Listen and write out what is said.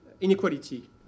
inequality